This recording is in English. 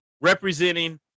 representing